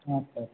আচ্ছা আচ্ছা